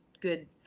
good